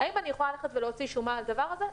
האם אני יכולה להוציא שומה על הדבר הזה?